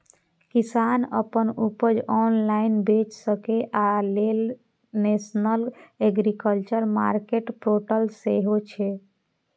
किसान अपन उपज ऑनलाइन बेच सकै, अय लेल नेशनल एग्रीकल्चर मार्केट पोर्टल सेहो छै